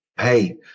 hey